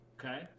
Okay